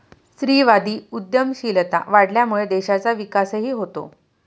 स्त्रीवादी उद्यमशीलता वाढल्यामुळे देशाचा विकासही होतो